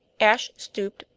ashe stooped,